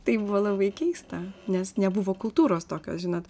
tai buvo labai keista nes nebuvo kultūros tokios žinot